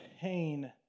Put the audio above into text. pain